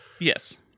Yes